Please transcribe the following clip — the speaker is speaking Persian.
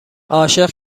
عاشق